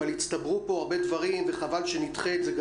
אבל הצטברו פה הרבה דברים וחבל שנדחה את זה.